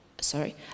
sorry